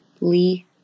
Lee